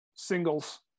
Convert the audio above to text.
singles